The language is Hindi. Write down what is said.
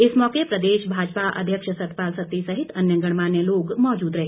इस मौके प्रदेश भाजपा अध्यक्ष सतपाल सत्ती सहित अन्य गणमान्य लोग मौजूद रहे